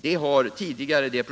Det har tidigare